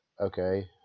okay